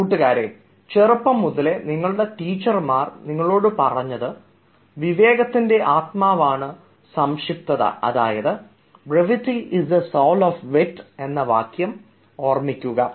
കൂട്ടുകാരെ ചെറുപ്പംമുതലേ നിങ്ങളുടെ ടീച്ചർമാർ നിന്നോട് പറഞ്ഞതായ 'വിവേകത്തിന്റെ ആത്മാവാണ് സംക്ഷിപ്തത' എന്ന വാക്യം ഓർക്കുക